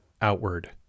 outward